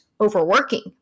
overworking